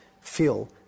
feel